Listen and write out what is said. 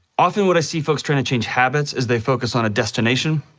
often, when i see folks trying to change habits, is they focus on a destination.